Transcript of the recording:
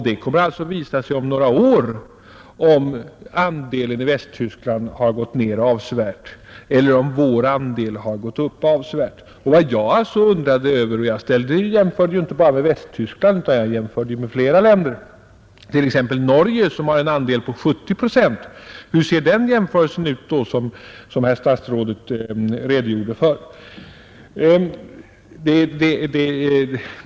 Det kommer att visa sig om några år, om andelen småhus i Västtyskland har gått ned avsevärt eller om vår andel har gått upp avsevärt. Och jag jämförde inte bara med Västtyskland utan med flera länder, t.ex. Norge, där andelen småhus är 70 procent, Hur utfaller där en jämförelse av det slag som statsrådet gjorde?